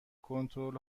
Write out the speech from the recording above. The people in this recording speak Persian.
کنترل